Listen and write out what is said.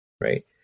right